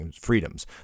freedoms